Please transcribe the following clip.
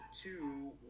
two